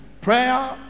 Prayer